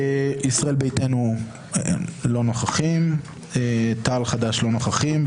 ישראל ביתנו לא נוכחים חד"ש-תע"ל לא נוכחים,